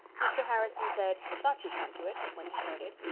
mr. harrison said, thought you'd come to it, when he heard it,